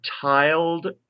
tiled